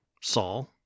Saul